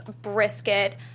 brisket